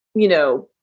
you know,